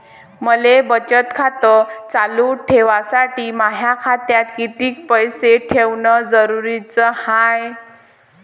मले बचत खातं चालू ठेवासाठी माया खात्यात कितीक पैसे ठेवण जरुरीच हाय?